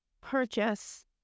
purchase